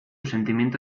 sentimiento